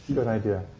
good idea.